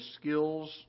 skills